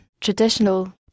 traditional